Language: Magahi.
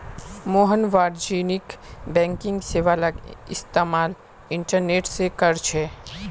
मोहन वाणिज्यिक बैंकिंग सेवालाक इस्तेमाल इंटरनेट से करछे